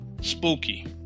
spooky